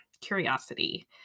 curiosity